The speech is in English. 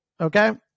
Okay